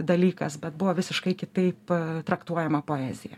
dalykas bet buvo visiškai kitaip traktuojama poezija